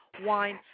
wine